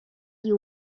you